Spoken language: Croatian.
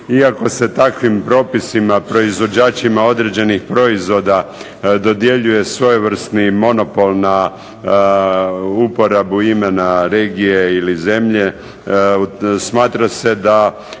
Iako se takvim propisima proizvođačima određenih proizvoda dodjeljuje svojevrsni monopol na uporabu imena regije ili zemlje, smatra se da